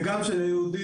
וכולנו.